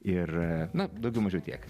ir na daugiau mažiau tiek